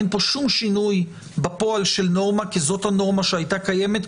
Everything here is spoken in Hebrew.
אין פה שום שינוי בפועל של נורמה כי זאת הנורמה שהייתה קיימת,